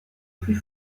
plus